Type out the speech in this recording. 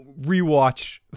rewatch